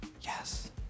Yes